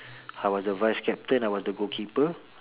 I was the vice captain I was the goalkeeper